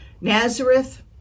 Nazareth